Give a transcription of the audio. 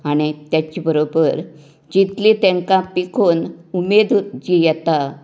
आनी तेचे बरोबर जितले तेंका पिकोवन उमेद जी येता